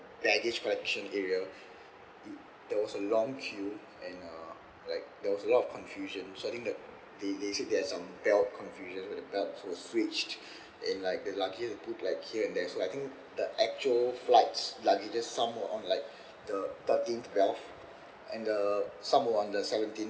baggage collection area t~ there was a long queue and uh like there was a lot of confusion so I think the they they said there's some belt confusion about the belts was switched and like the luggage put like here and there so I think the actual flight's luggage some were on like the thirteenth belt and uh some were on the seventeenth